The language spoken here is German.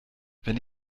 wenn